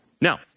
Now